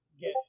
get